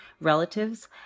relatives